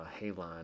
Halon